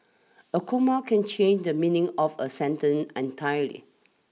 a comma can change the meaning of a sentence entirely